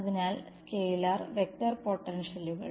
അതിനാൽ scalar vector പൊട്ടൻഷ്യലുകൾ